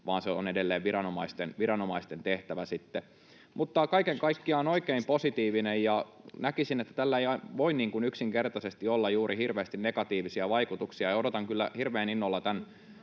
vaan se on sitten edelleen viranomaisten tehtävä. Mutta kaiken kaikkiaan tämä on oikein positiivinen, ja näkisin, että tällä yksinkertaisesti ei voi olla hirveästi negatiivisia vaikutuksia. Odotan kyllä hirveän innolla tämän